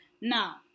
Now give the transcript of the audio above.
Now